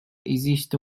existe